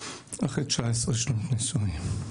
אחרי 19 שנות נישואים.